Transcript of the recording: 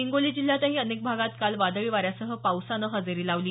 हिंगोली जिल्ह्यातही अनेक भागात काल वादळी वाऱ्यासह पावसाने हजेरी लावली